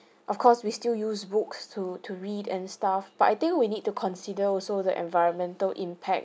of course we still use books to to read and stuff but I think we need to consider also the environmental impact